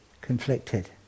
conflicted